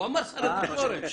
הוא אמר שר התקשורת.